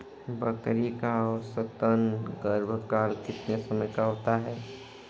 बकरी का औसतन गर्भकाल कितने समय का होता है?